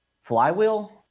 flywheel